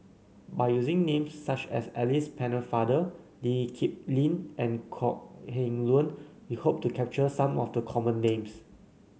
by using names such as Alice Pennefather Lee Kip Lin and Kok Heng Leun we hope to capture some of the common names